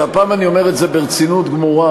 והפעם אני אומר את זה ברצינות גמורה,